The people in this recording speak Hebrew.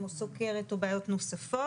כמו סוכרת או בעיות נוספות.